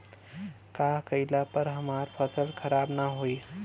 का कइला पर हमार फसल खराब ना होयी?